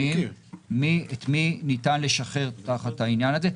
קריטריונים מסוימים את מי ניתן לשחרר תחת העניין הזה.